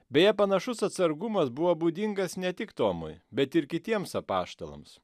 beje panašus atsargumas buvo būdingas ne tik tomui bet ir kitiems apaštalams